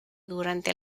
durante